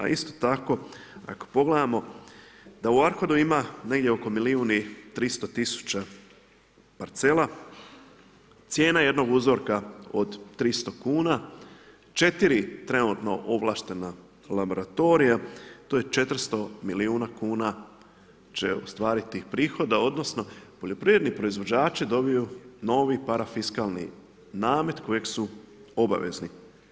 A isto tako ako pogledamo da u ARKOD-u ima negdje oko milijun i 300 tisuća parcela, cijena jednog uzorka od 300 kuna, 4 trenutno ovlaštena laboratorija to je 400 milijuna kuna će ostvariti prihoda odnosno poljoprivredni proizvođači dobiju novi parafiskalni namet kojeg su obavezni.